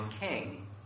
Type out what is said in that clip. king